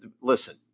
listen